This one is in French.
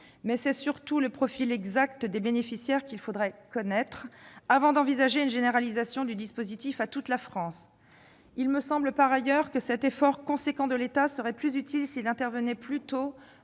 %. C'est surtout le profil exact des bénéficiaires qu'il faudrait connaître, avant d'envisager une généralisation du dispositif à toute la France. Par ailleurs, il me semble que cet effort important de l'État serait plus utile s'il intervenait plus en